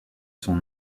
son